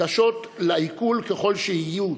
קשות לעיכול ככל שיהיו,